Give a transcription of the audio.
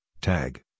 Tag